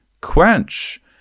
quench